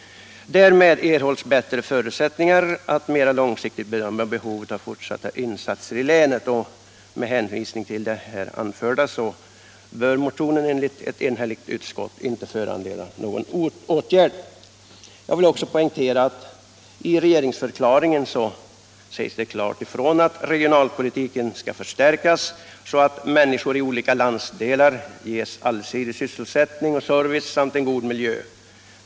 Därmed erhålls bättre förutsättningar att mera långsiktigt bedöma behovet av fortsatta insatser i länet. Med hänvisning till det anförda bör motionen, enligt ett enhälligt utskott, inte föranleda någon åtgärd. Jag vill också poängtera att i regeringsförklaringen sägs det klart ifrån att regionalpolitiken skall förstärkas, så att människor i olika landsdelar ges allsidig sysselsättning och service samt en god miljö.